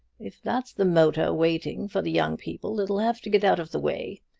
if that's the motor waiting for the young people it'll have to get out of the way.